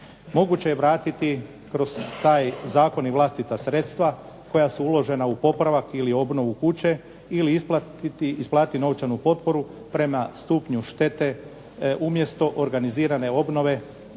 Moguće je vratiti kroz taj zakon i vlastita sredstva koja su uložena u popravak ili obnovu kuće ili isplatiti novčanu potporu prema stupnju štete umjesto organizirane obnove